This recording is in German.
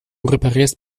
reparierst